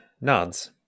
nods